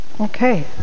okay